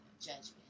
judgment